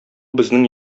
безнең